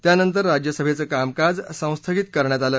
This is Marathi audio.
त्यानंतर राज्यसभेचं कामकाज संस्थगित करण्यात आलं